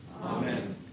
Amen